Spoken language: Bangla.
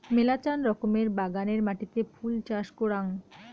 মেলাচান রকমের বাগানের মাটিতে ফুল চাষ করাং